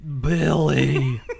Billy